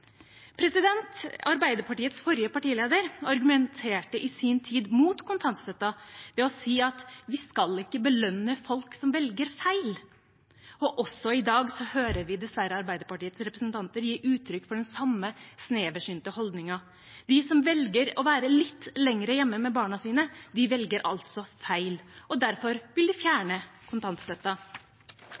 Arbeiderpartiets forrige partileder argumenterte i sin tid mot kontantstøtten ved å si at vi ikke skal belønne folk som velger feil. Også i dag hører vi dessverre Arbeiderpartiets representanter gi uttrykk for den samme sneversynte holdningen. De som velger å være litt lenger hjemme med barna sine, velger altså feil – og derfor vil de fjerne